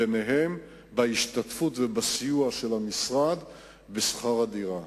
ביניהם בהשתתפות ובסיוע של המשרד בשכר-דירה.